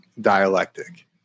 dialectic